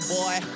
boy